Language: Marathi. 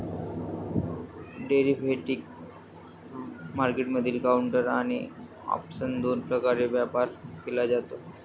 डेरिव्हेटिव्ह मार्केटमधील काउंटर आणि ऑप्सन दोन प्रकारे व्यापार केला जातो